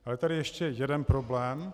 Je tady ještě jeden problém.